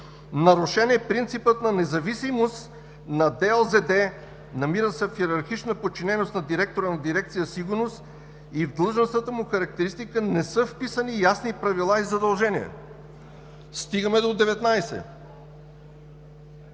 Нарушен е принципът на независимост на ДОЗД, намира се в йерархична подчиненост на директора на дирекция „Сигурност“ и в длъжностната му характеристика не са вписани ясни правила и задължения. 19.